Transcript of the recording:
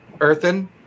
earthen